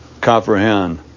comprehend